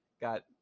got